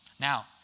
Now